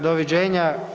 Doviđenja!